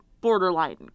borderline